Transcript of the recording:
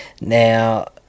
now